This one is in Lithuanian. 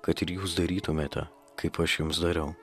kad ir jūs darytumėte kaip aš jums dariau